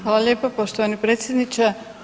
Hvala lijepa poštovani predsjedniče.